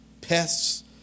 pests